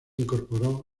incorporó